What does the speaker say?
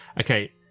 Okay